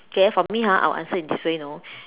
okay for me ha I will answer it this way you know